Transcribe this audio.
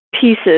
pieces